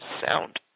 sound